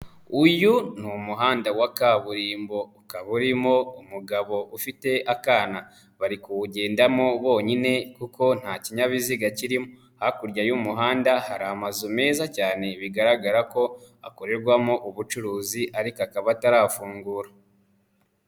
Uyu ni umuhanda wa kaburimbo ukaba urimo umugabo ufite akana bari kuwugendamo bonyine, kuko nta kinyabiziga kirimo. Hakurya y'umuhanda hari amazu meza cyane bigaragara ko akorerwamo ubucuruzi ariko akaba atarafungura.